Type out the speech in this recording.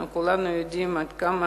אנחנו כולנו יודעים עד כמה